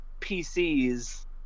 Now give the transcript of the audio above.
PC's